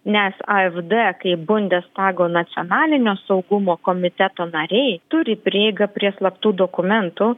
nes afd kaip bundestago nacionalinio saugumo komiteto nariai turi prieigą prie slaptų dokumentų